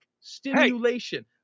stimulation